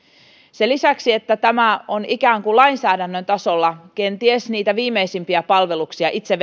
sen lisäksi että tämä on ikään kuin lainsäädännön tasolla kenties niitä viimeisimpiä palveluksia itse